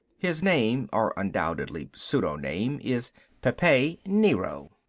his name, or undoubtedly pseudoname, is pepe nero.